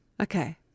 Okay